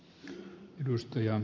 arvoisa puhemies